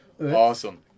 Awesome